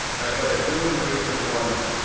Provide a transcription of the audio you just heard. i had a human reason once,